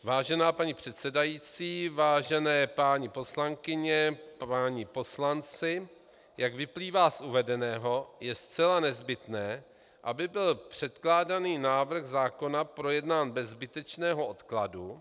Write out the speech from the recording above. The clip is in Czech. Vážená paní předsedající, vážené paní poslankyně, vážení páni poslanci, jak vyplývá z uvedeného, je zcela nezbytné, aby byl předkládaný návrh zákona projednán bez zbytečného odkladu.